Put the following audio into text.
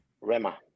Rema